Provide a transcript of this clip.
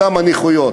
מכמה נכויות.